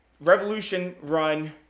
revolution-run